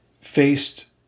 Faced